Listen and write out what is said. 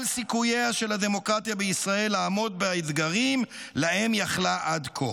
סיכוייה של הדמוקרטיה בישראל לעמוד באתגרים שלהם יכלה עד כה".